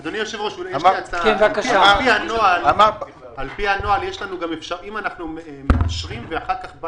יכול להיות מצב שאנחנו מאשרים ואחר כך בא